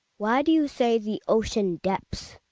why do you say the ocean depths?